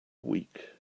week